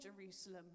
Jerusalem